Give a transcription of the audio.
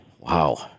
Wow